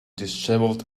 dishevelled